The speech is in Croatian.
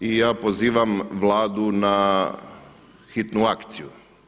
I ja pozivam Vladu na hitnu akciju.